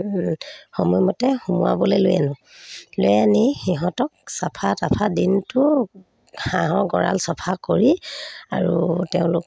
সময়মতে সোমোৱাবলৈ লৈ আনো লৈ আনি সিহঁতক চাফা তাফা দিনটো হাঁহৰ গঁৰাল চাফা কৰি আৰু তেওঁলোক